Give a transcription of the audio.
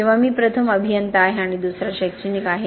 किंवा मी प्रथम अभियंता आहे आणि दुसरा शैक्षणिक आहे